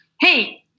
hey